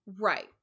Right